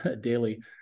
daily